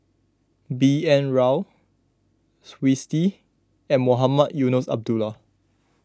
B N Rao Twisstii and Mohamed Eunos Abdullah